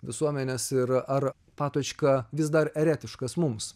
visuomenės ir ar patočka vis dar eretiškas mums